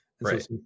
right